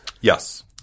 Yes